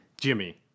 Jimmy